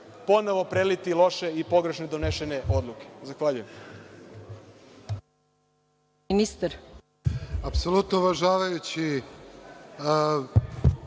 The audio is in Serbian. ponovo preliti loše i pogrešno donesene odluke. Zahvaljujem.